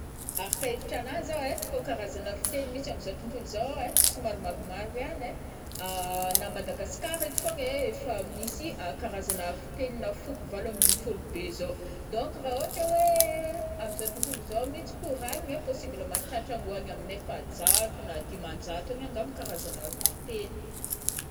Araka hevitrana zao ai, kô karazagna fiteny misy amin'izao tontolo izao ai somary maromaro ihany ai, na à Madagascar fogna ai misy a karazagna fitegnina foko valo ambiny fôlo be zao, donc ra ôhatra oe aminy izao tontolo izao mintsy koragniny ai possible mahatratra any hoagny amin, ny efajato na dimanjato any angamba karazagna fiteny.